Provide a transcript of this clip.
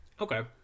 Okay